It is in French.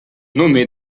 nommé